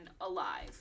alive